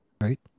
right